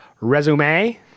resume